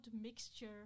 mixture